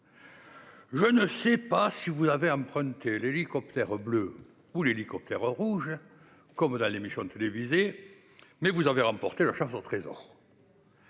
Je ne sais pas si vous avez emprunté l'hélicoptère bleu ou l'hélicoptère rouge, comme dans la célèbre émission télévisée, mais vous avez remporté la chasse au trésor.